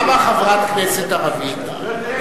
קמה חברת כנסת ערבייה,